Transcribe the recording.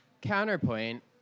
Counterpoint